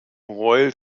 royal